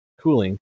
cooling